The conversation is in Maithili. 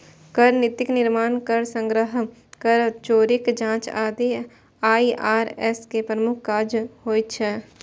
कर नीतिक निर्माण, कर संग्रह, कर चोरीक जांच आदि आई.आर.एस के प्रमुख काज होइ छै